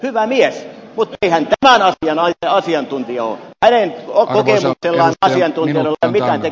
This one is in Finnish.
hyvä mies mutta ei hän tämän asian asiantuntija ole